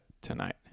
tonight